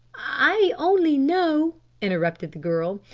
i only know, interrupted the girl,